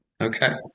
Okay